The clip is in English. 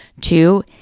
Two